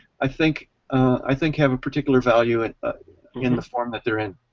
i think i think have a particular value in in the form that they're in.